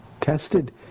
tested